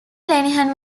lenihan